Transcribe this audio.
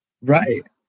Right